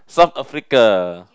South Africa